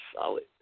Solid